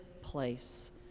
place